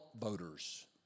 voters